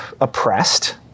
oppressed